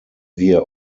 wir